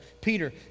Peter